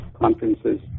conferences